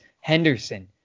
Henderson